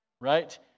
right